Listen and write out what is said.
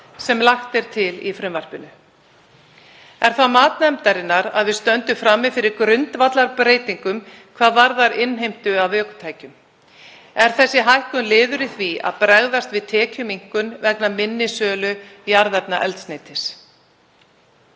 sem lagt er til í frumvarpinu. Er það mat nefndarinnar að við stöndum frammi fyrir grundvallarbreytingum hvað varðar innheimtu af ökutækjum. Er þessi hækkun liður í því að bregðast við tekjuminnkun vegna minni sölu jarðefnaeldsneytis.